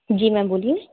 जी ma'am बोलिए